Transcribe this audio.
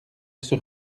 sur